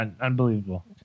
Unbelievable